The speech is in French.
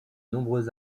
nombreux